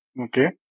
okay